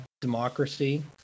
democracy